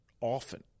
often